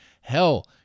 Hell